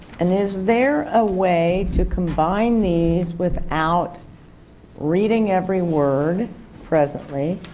and is there a way to combine these without reading every word presently,